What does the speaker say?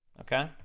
okay,